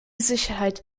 sicherheit